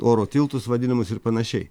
oro tiltus vadinamus ir panašiai